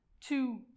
two